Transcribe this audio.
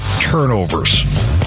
turnovers